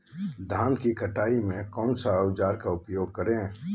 धान की कटाई में कौन सा औजार का उपयोग करे?